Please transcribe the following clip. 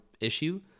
issue